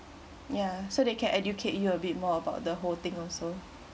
so they can educate you a bit more about the whole thing also